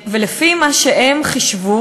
ולפי מה שהם חישבו,